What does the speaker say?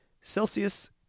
Celsius